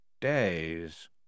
days